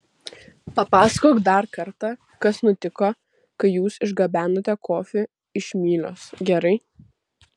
papasakok dar kartą kas nutiko kai jūs išgabenote kofį iš mylios gerai